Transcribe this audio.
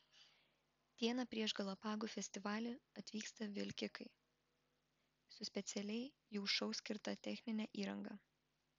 dieną prieš galapagų festivalį atvyksta vilkikai su specialiai jų šou skirta technine įranga